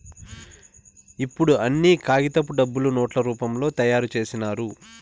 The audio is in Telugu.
ఇప్పుడు అన్ని కాగితపు డబ్బులు నోట్ల రూపంలో తయారు చేసినారు